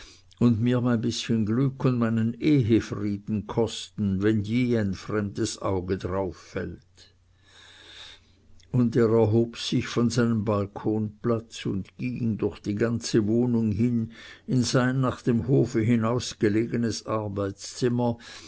und mir mein bißchen glück und meinen ehefrieden kosten wenn je ein fremdes auge darauf fällt und er erhob sich von seinem balkonplatz und ging durch die ganze wohnung hin in sein nach dem hofe hinaus gelegenes arbeitszimmer